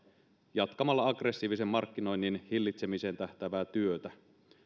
jatkamalla aggressiivisen markkinoinnin hillitsemiseen tähtäävää työtä